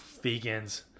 vegans